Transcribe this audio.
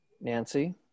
Nancy